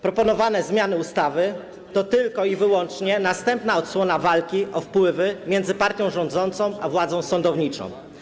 Proponowane zmiany ustawy to tylko i wyłącznie następna odsłona walki o wpływy między partią rządzącą a władzą sądowniczą.